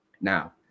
Now